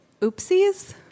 Oopsies